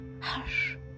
Hush